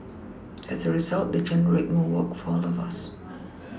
as a result they generate more work for all of us